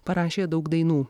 parašė daug dainų